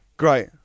Great